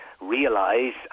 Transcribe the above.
realise